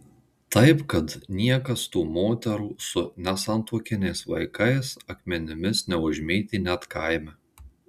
taip kad niekas tų moterų su nesantuokiniais vaikais akmenimis neužmėtė net kaime